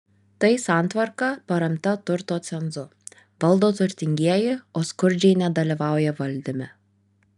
tai santvarka paremta turto cenzu valdo turtingieji o skurdžiai nedalyvauja valdyme